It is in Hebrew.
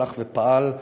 הלך ופעל,